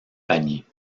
panier